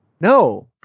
No